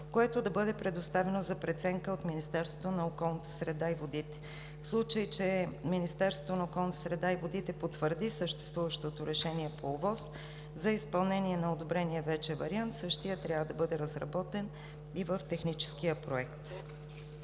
което да бъде предоставено за преценка от Министерството на околната среда и водите (МОСВ). В случай че МОСВ потвърди съществуващото решение по ОВОС за изпълнение на одобрения вече вариант, същият трябва да бъде разработен в техническия проект.